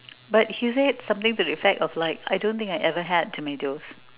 but he said something to the effect like I don't think I ever had tomatoes